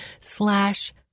slash